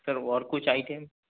سر اور کچھ آئٹم